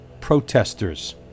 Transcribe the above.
protesters